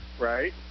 right